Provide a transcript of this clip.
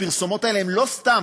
והפרסומות האלה הן לא סתם.